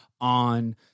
on